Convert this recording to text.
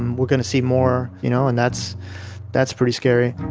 and we're going to see more, you know and that's that's pretty scary.